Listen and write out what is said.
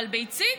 אבל ביצית,